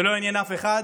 זה לא עניין אף אחד,